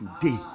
today